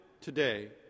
today